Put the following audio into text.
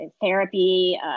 therapy